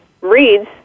reads